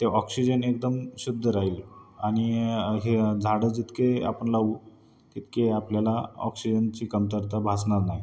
ते ऑक्सिजन एकदम शुद्ध राहील आणि हे झाडं जितके आपण लावू तितके आपल्याला ऑक्सिजनची कमतरता भासणार नाही